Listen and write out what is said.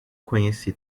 conheci